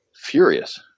furious